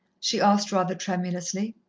she asked rather tremulously.